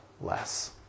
less